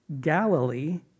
Galilee